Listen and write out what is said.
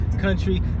country